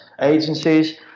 agencies